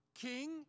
king